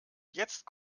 jetzt